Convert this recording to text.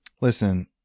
listen